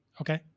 Okay